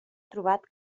trobat